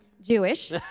Jewish